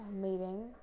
meeting